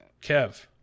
Kev